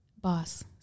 Boss